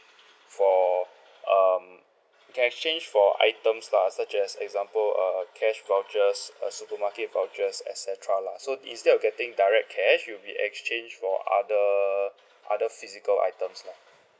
for um you can exchange for items lah such as example uh cash vouchers uh supermarket vouchers et cetera lah so instead of getting direct cash you'll be exchanged for other other physical items lah